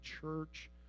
church